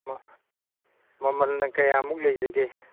ꯃꯃꯜꯅ ꯀꯌꯥꯃꯨꯛ ꯂꯩꯖꯒꯦ